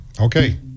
Okay